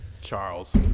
Charles